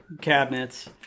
cabinets